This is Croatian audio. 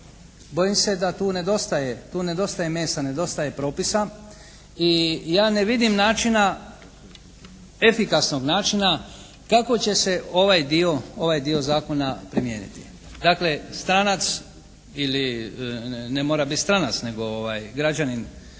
Bojim se da tu nedostaje mesa, nedostaje propisa i ja ne vidim načina efikasnog načina kako će se ovaj dio zakona primijeniti. Dakle, stranac ili ne mora biti stranac nego građanin,